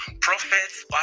prophets